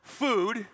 food